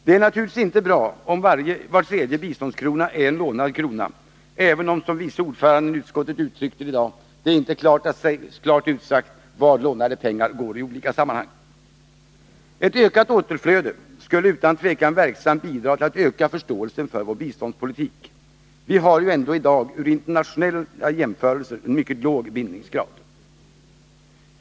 Det är naturligtvis inte bra om var tredje biståndskrona är en lånad krona, även om, som vice ordföranden i utskottet uttryckte det i dag, det inte är klart utsagt vart lånade pengar går i olika sammanhang. Ett ökat återflöde skulle utan tvivel verksamt bidra till att öka förståelsen för vår biståndspolitik. Vi har trots allt i dag en vid internationella jämförelser mycket låg bindningsgrad.